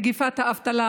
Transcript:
מגפת האבטלה,